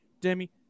demi